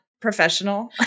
professional